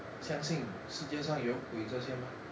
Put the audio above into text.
相信世界上有鬼这些吗